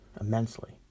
immensely